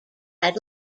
had